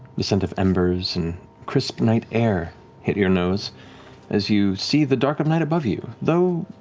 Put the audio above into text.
the scent of embers and crisp night air hit your nose as you see the dark of night above you, though